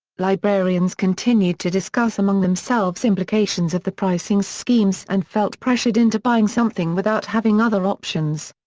librarians continued to discuss among themselves implications of the pricing schemes and felt pressured into buying something without having other options.